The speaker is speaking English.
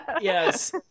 yes